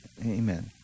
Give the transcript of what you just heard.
Amen